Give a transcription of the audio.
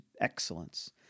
excellence